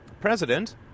President